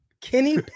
Kenny